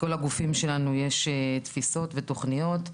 לכל הגופים שלנו יש תפיסות ותכניות.